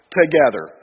together